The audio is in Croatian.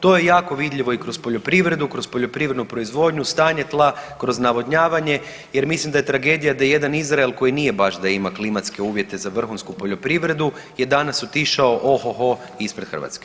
To je jako vidljivo i kroz poljoprivredu, kroz poljoprivrednu proizvodnju, stanje tla, kroz navodnjavanje jer mislim da je tragedija da jedan Izrael koji nije baš da ima klimatske uvjete za vrhunsku poljoprivredu je danas otišao ohho ispred Hrvatske.